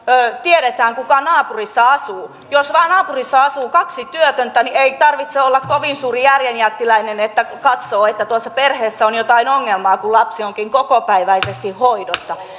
tiedetään kuka naapurissa asuu jos vain naapurissa asuu kaksi työtöntä niin ei tarvitse olla kovin suuri järjen jättiläinen että katsoo että tuossa perheessä on jotain ongelmaa kun lapsi onkin kokopäiväisesti hoidossa